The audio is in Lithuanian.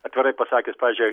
atvirai pasakius pavyzdžiui